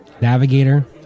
Navigator